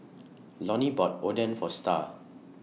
Lonny bought Oden For Starr